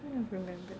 can't remember